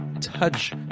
touch